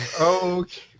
okay